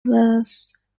was